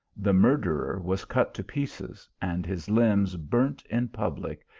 the murderer was cut to pieces, and his limbs burnt in public,